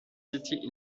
city